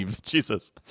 Jesus